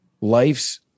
Life's